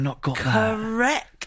correct